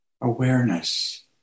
awareness